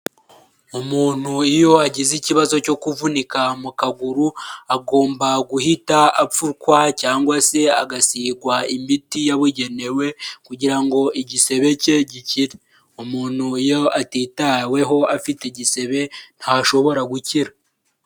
Umuntu iyo agize ikibazo cyo kuvunika mu kaguru, agomba guhita apfukwa cyangwa se agasigwa imiti yabugenewe, kugira ngo igisebe ke gikire, umuntu iyo atitaweho afite igisebe ntashobora gukira.